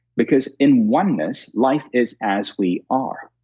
because in oneness, life is as we are.